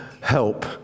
help